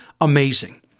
amazing